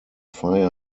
fire